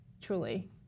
truly